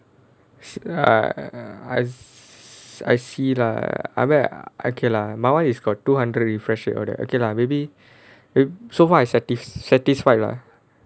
ah I s~ I see lah okay lah my [one] is two hundred refresher all that okay lah maybe it~ so far it's sati~ satisfied lah